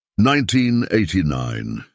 1989